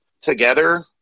together